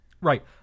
Right